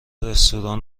رستوران